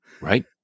right